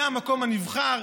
זה המקום הנבחר,